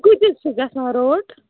کۭتِس چھِ گژھان روٹ